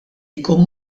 jkun